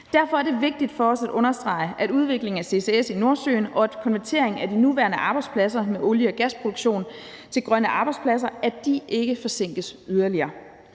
Derfor er det vigtigt for os at understrege, at udviklingen af ccs i Nordsøen og konverteringen af de nuværende arbejdspladser i olie- og gasproduktionen til grønne arbejdspladser ikke forsinkes yderligere.